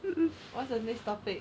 what's the next topic